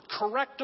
correctable